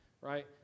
Right